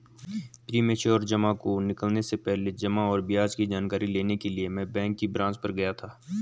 premature जमा को निकलने से पहले जमा और ब्याज की जानकारी लेने के लिए मैं बैंक की ब्रांच पर गया था